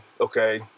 okay